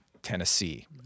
tennessee